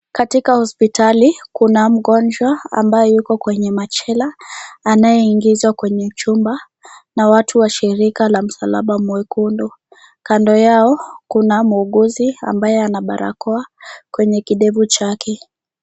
Katika hospital kuna mgonjwa ambaye yuko kwenye machela anae ingizwa kwenye chumba na watu wa shirika la msalaba mwekundu. Kando yao kuna muhuguzi ambae ana barakoa kwenye kidevu chake.